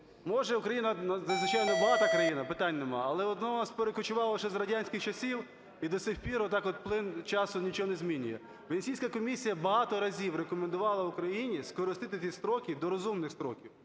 Може Україна надзвичайно багата країна – питань немає. Але одне у нас перекочувало лише з радянських часів, і до сих пір от так плин часу нічого не змінює. Венеційська комісія багато разів рекомендувала Україні скоротити ті строки до розумних строків,